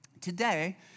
Today